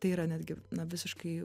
tai yra netgi na visiškai